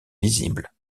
visibles